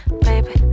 Baby